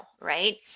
right